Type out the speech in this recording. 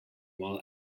while